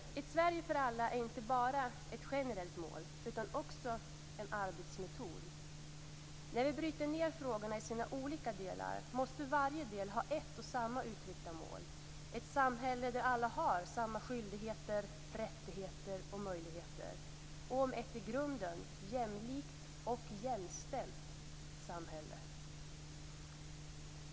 Ett Sverige för alla är inte bara ett generellt mål utan också en arbetsmetod. När vi bryter ned frågorna i sina olika delar måste varje del ha ett och samma uttryckta mål, ett samhälle där alla har samma skyldigheter, rättigheter och möjligheter om ett i grunden jämlikt och jämställt samhälle.